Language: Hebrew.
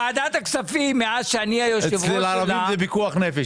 אצל הערבים ואצל הדרוזים זה פיקוח נפש,